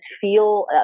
feel